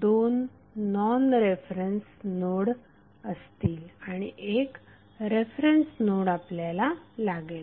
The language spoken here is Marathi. दोन नॉन रेफरन्स नोड असतील आणि एक रेफरन्स नोड आपल्याला लागेल